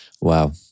Wow